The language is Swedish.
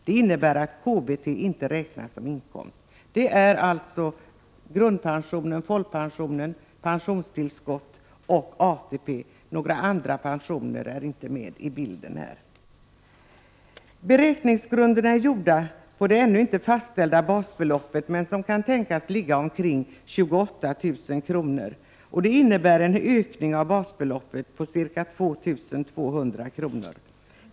Det innebär att KBT inte räknas som inkomst. Det gäller alltså grundpensionen, folkpensionen, pensionstillskott och ATP. Några andra pensioner är inte med i bilden. Beräkningsgrunderna baserar sig på det ännu inte fastställda basbeloppet som kan tänkas ligga omkring 28 000 kr. Det innebär en ökning av basbeloppet med ca 2 200 kr.